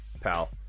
pal